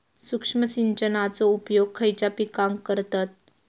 सूक्ष्म सिंचनाचो उपयोग खयच्या पिकांका करतत?